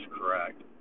correct